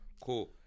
cool